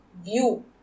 view